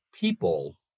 people